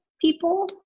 people